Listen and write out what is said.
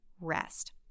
rest